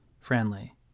friendly